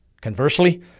Conversely